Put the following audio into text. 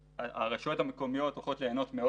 הרשויות המקומיות הולכות ליהנות מאוד